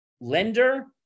lender